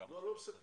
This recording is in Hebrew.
אני לא מסכם.